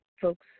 folks